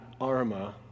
arma